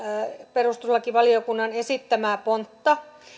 perustuslakivaliokunnan esittämää pontta